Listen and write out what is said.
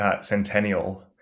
centennial